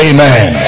Amen